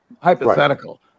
hypothetical